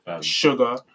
sugar